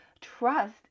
trust